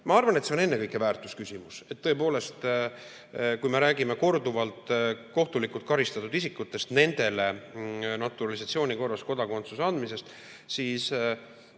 ma arvan, et see on ennekõike väärtusküsimus. Tõepoolest, kui me räägime korduvalt kohtulikult karistatud isikutest ja nendele naturalisatsiooni korras kodakondsuse andmisest, siis